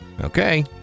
Okay